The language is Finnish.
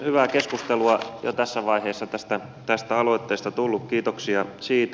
hyvää keskustelua jo tässä vaiheessa tästä aloitteesta tullut kiitoksia siitä